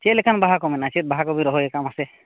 ᱪᱮᱫ ᱞᱮᱠᱟᱱ ᱵᱟᱦᱟ ᱠᱚ ᱢᱮᱱᱟᱜᱼᱟ ᱪᱮᱫ ᱵᱟᱦᱟ ᱠᱚᱵᱮᱱ ᱨᱚᱦᱚᱭ ᱟᱠᱟᱫᱼᱟ ᱢᱟᱥᱮ